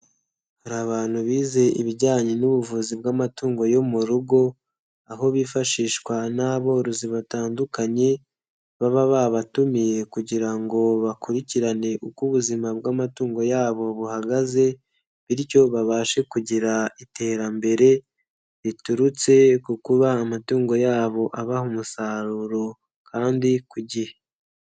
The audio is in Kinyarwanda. Hari abantu bize ibijyanye n'ubuvuzi bw'amatungo yo mu rugo, aho bifashishwa n'aborozi batandukanye baba babatumiye kugira ngo bakurikirane uko ubuzima bw'amatungo yabo buhagaze bityo babashe kugira iterambere riturutse ku kuba amatungo yabo abaha umusaruro kandi ku gihe.